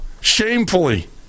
Shamefully